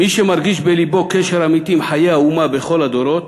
מי שמרגיש בלבו קשר אמיתי עם חיי האומה בכל הדורות,